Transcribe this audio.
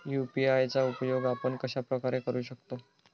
UPI चा उपयोग आपण कशाप्रकारे करु शकतो?